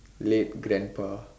late grandpa